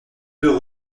deux